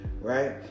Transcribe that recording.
right